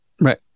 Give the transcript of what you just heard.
Right